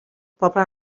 poble